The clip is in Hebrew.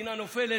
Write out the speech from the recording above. המדינה נופלת,